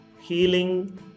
healing